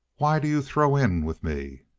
why do you throw in with me?